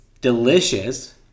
delicious